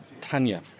Tanya